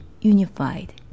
unified